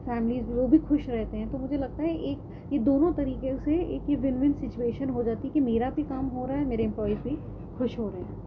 families وہ بھی خوش رہتے ہیں تو مجھے لگتا ہے ایک یہ دونوں طریقے سے ایک ہی دن میں سچویشن ہو جاتی کہ میرا بھی کام ہو رہا ہے میرے امپلائیز بھی خوش ہو رہے ہیں